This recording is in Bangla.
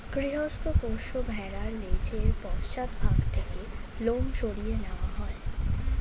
গৃহস্থ পোষ্য ভেড়ার লেজের পশ্চাৎ ভাগ থেকে লোম সরিয়ে নেওয়া হয়